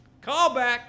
Callback